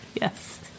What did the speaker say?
Yes